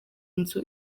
nzu